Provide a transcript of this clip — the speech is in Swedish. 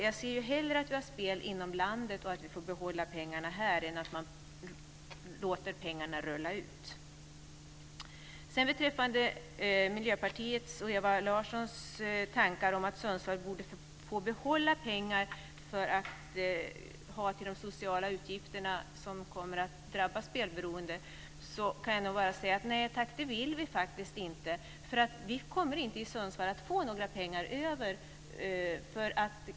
Jag ser hellre att vi har spel inom landet och att vi får behålla pengarna här än att man låter pengarna rulla ut. Beträffande Miljöpartiets och Ewa Larssons tankar om att Sundsvall borde få behålla pengar till de sociala utgifter som kommer att drabba spelberoendet kan jag bara säga: Nej tack, det vill vi faktiskt inte. Vi kommer inte att få några pengar över i Sundsvall.